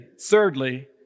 thirdly